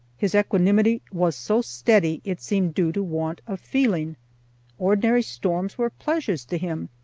his equanimity was so steady it seemed due to want of feeling ordinary storms were pleasures to him,